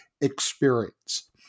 experience